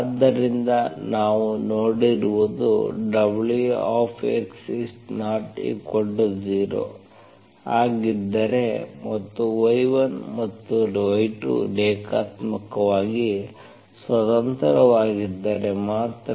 ಆದ್ದರಿಂದ ನಾವು ನೋಡಿರುವುದು Wx≠0 ಆಗಿದ್ದರೆ ಮತ್ತು y1ಮತ್ತು y2 ರೇಖಾತ್ಮಕವಾಗಿ ಸ್ವತಂತ್ರವಾಗಿದ್ದರೆ ಮಾತ್ರ